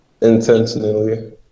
intentionally